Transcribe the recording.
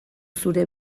zure